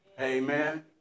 Amen